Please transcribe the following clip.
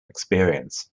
experience